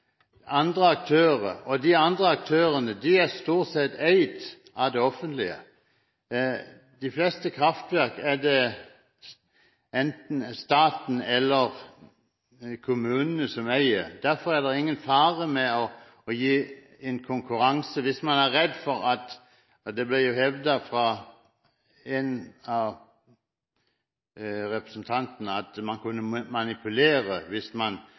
de fleste kraftverk er det enten staten eller kommunene som eier – derfor er det ingen fare med å gi konkurranse. Det ble hevdet fra en av representantene at man kunne manipulere hvis man hadde kontroll over kablene. Kablene kan og bør bygges i konkurranse mellom Statnett og andre aktører, men det må gis konsesjon til driften av